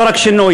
לא רק שינוי,